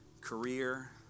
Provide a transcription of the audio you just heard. career